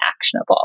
actionable